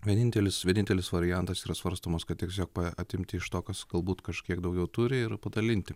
vienintelis vienintelis variantas yra svarstomas kad tiesiog atimti iš to kas galbūt kažkiek daugiau turi ir padalinti